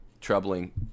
troubling